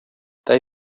they